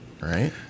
right